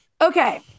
Okay